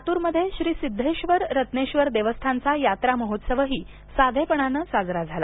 लातूरमध्ये श्री सिद्देश्वर रत्नेश्वर देवस्थानचा यात्रा महोत्सवही साधेपणान साजरा झाला